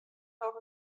noch